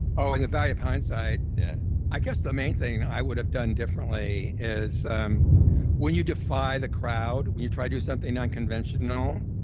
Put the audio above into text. ah like the value of hindsight? yeah i guess the main thing i would have done differently is um when you defy the crowd, when you try to do something non-conventional,